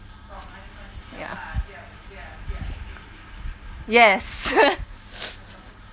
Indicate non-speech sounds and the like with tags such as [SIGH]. ya yes [LAUGHS]